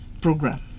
program